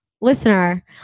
listener